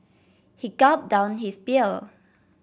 he gulped down his beer